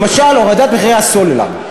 למשל הורדת מחירי הסלולר.